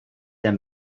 der